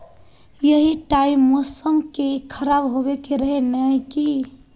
यही टाइम मौसम के खराब होबे के रहे नय की?